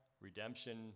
redemption